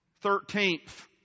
Thirteenth